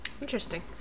Interesting